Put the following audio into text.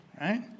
Right